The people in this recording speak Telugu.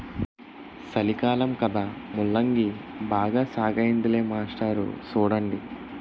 సలికాలం కదా ముల్లంగి బాగా సాగయ్యిందిలే మాస్టారు సూడండి